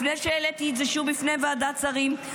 לפני שהעליתי את זה שוב בפני ועדת שרים,